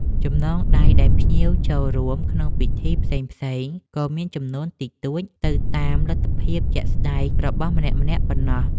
ចំណងដៃដែលភ្ញៀវចូលរួមក្នុងពិធីផ្សេងៗក៏មានចំនួនតិចតួចទៅតាមលទ្ធភាពជាក់ស្ដែងរបស់ម្នាក់ៗប៉ុណ្ណោះ។